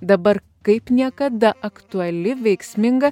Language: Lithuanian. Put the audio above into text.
dabar kaip niekada aktuali veiksminga